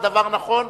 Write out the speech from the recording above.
זה דבר נכון,